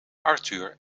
arthur